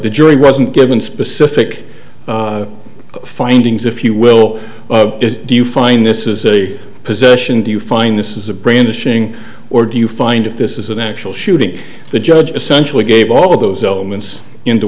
the jury wasn't given specific findings if you will is do you find this is a position do you find this is a brandishing or do you find if this is an actual shooting the judge essentially gave all of those elements into